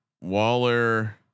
Waller